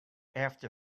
after